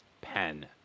pen